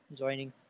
joining